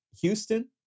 Houston